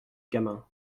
gamin